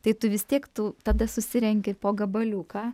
tai tu vis tiek tu tada susirenki po gabaliuką